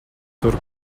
tur